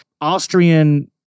Austrian